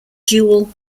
dual